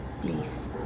please